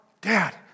dad